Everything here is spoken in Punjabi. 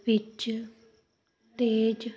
ਵਿੱਚ ਤੇਜ